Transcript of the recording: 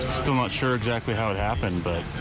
i'm not sure exactly how it happened but.